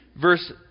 verse